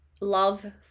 love